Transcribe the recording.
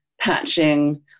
patching